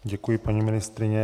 Děkuji, paní ministryně.